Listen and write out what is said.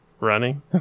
running